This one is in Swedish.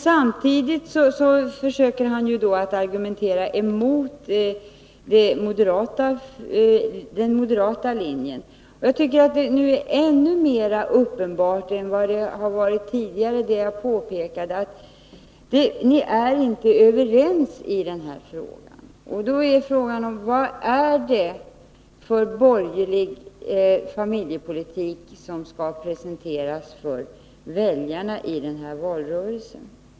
Samtidigt försöker han argumentera mot den moderata linjen. Det är nu mer uppenbart än det har varit tidigare att ni inte är överens i denna fråga. Vad är det för borgerlig familjepolitik som skall presenteras för väljarna i den här valrörelsen?